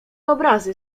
obrazy